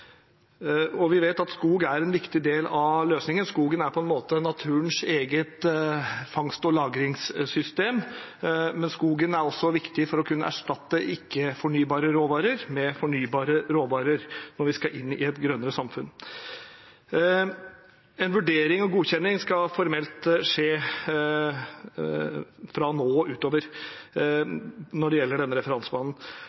Vi vet at skog er en viktig del av løsningen – skogen er på en måte naturens eget fangst- og lagringssystem, men skogen er også viktig for å kunne erstatte ikke-fornybare råvarer med fornybare råvarer når vi skal inn i et grønnere samfunn. En vurdering og en godkjenning skal formelt skje fra nå og utover